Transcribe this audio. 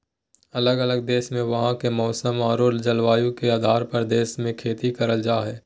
अलग अलग देश मे वहां के मौसम आरो जलवायु के आधार पर देश मे खेती करल जा हय